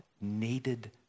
needed